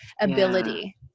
ability